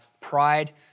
pride